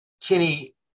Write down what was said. Kinney